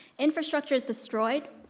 infrastructure is destroyed.